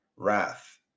Wrath